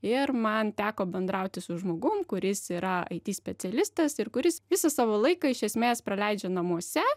ir man teko bendrauti su žmogum kuris yra it specialistas ir kuris visą savo laiką iš esmės praleidžia namuose